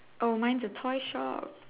oh mine's a toy shop